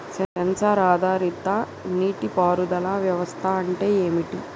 Censor ఆధారిత నీటి పారుదల వ్యవస్థ అంటే ఏమిటి?